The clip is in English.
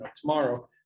tomorrow